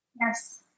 Yes